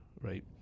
right